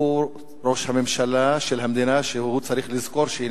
הוא ראש הממשלה של מדינה שהוא צריך לזכור שהיא